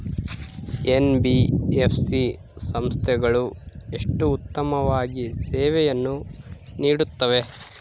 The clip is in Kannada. ಎನ್.ಬಿ.ಎಫ್.ಸಿ ಸಂಸ್ಥೆಗಳು ಎಷ್ಟು ಉತ್ತಮವಾಗಿ ಸೇವೆಯನ್ನು ನೇಡುತ್ತವೆ?